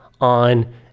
on